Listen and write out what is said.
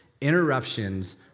interruptions